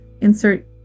insert